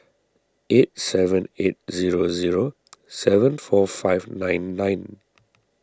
eight seven eight zero zero seven four five nine nine